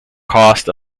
cost